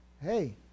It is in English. hey